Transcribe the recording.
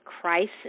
crisis